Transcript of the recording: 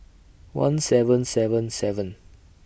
one seven seven seven